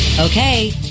Okay